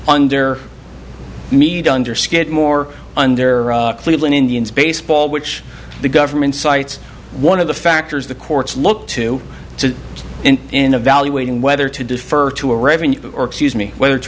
under meade under skidmore under cleveland indians baseball which the government cites one of the factors the courts look to to and in evaluating whether to defer to a revenue or excuse me whether to